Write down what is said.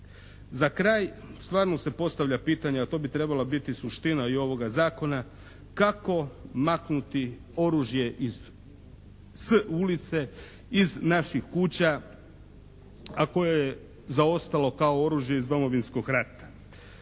Za kraj, stvarno se postavlja pitanje a to bi trebala biti suština i ovoga zakona kako maknuti oružje s ulice, iz naših kuća a koje je zaostalo oružje iz Domovinskog rata?